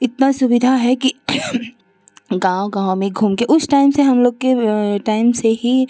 इतनी सुविधा है कि गाँव गाँव में घूमकर उस टाइम से हमलोग के टाइम से ही